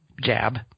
jab